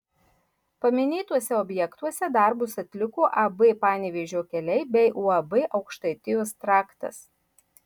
paminėtuose objektuose darbus atliko ab panevėžio keliai bei uab aukštaitijos traktas